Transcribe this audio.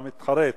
אתה מתחרט.